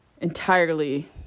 entirely